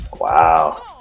Wow